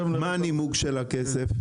מה הנימוק של הכסף?